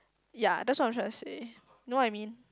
ya that's what I'm trying to say know I mean